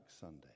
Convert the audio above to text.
Sunday